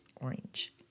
orange